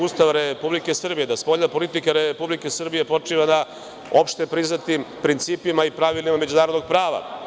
Ustava Republike Srbije, da spoljna politika Republike Srbije počiva na opšte priznatim principima i pravilima međunarodnog prava.